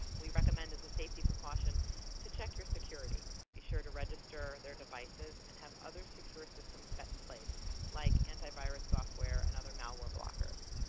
we recommend as a safety precaution to check your security. be sure to register their devices and have other secure systems set in place like antivirus software and other malware blockers.